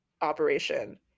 operation